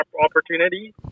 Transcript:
opportunity